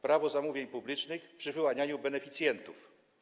Prawo zamówień publicznych przy wyłanianiu beneficjentów.